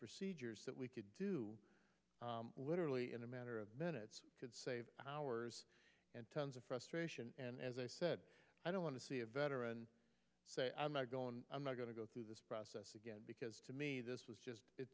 procedures that we could do literally in a matter of minutes could save hours and tons of frustration and as i said i don't want to see a veteran say i'm gone i'm not going to go through this process again because to me this was just